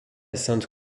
sainte